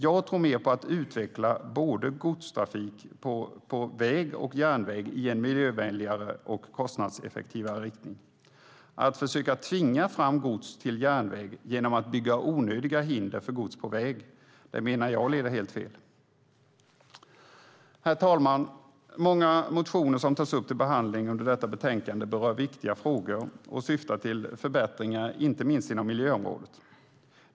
Jag tror mer på att utveckla godstrafik både på väg och på järnväg i en miljövänligare och kostnadseffektivare riktning. Att försöka tvinga fram gods till järnväg genom att bygga onödiga hinder för gods på väg menar jag är helt fel. Herr talman! Många motioner som tas upp till behandling i detta betänkande berör viktiga frågor och syftar till förbättringar inte minst inom miljöområdet.